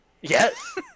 Yes